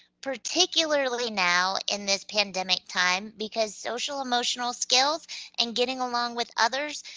particularly now in this pandemic time, because social-emotional skills and getting along with others,